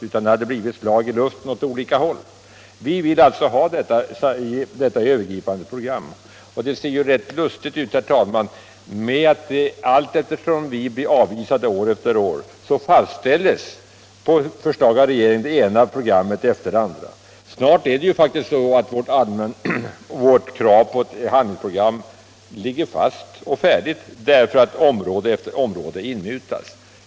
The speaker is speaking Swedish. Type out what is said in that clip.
Åtgärderna hade blivit slag i luften åt olika håll. Vi vill alltså ha ett sådant övergripande program. Det ser rätt lustigt ut, herr talman, att samtidigt som vårt krav år efter år blir avvisat fastställes på förslag av regeringen det ena programmet efter det andra. Snart ligger ett sådant handlingsprogram som vi kräver fixt och färdigt genom att område efter område inmutats.